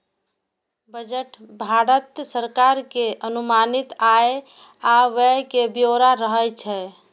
budget मे भारत सरकार के अनुमानित आय आ व्यय के ब्यौरा रहै छै